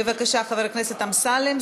בבקשה, חבר הכנסת אמסלם.